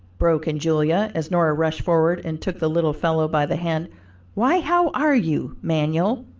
broke in julia, as nora rushed forward and took the little fellow by the hand why how are you, manuel?